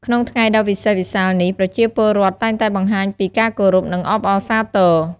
ក្នុង ថ្ងៃដ៏វិសេសវិសាល នេះ ប្រជាពលរដ្ឋ តែងតែបង្ហាញពី ការគោរព និង អបអរសាទរ។